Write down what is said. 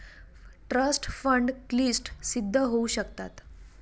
trust fund क्लिष्ट सिद्ध होऊ शकतात